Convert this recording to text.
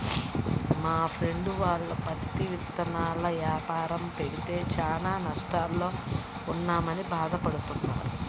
మా ఫ్రెండు వాళ్ళు పత్తి ఇత్తనాల యాపారం పెడితే చానా నష్టాల్లో ఉన్నామని భాధ పడతన్నారు